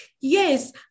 Yes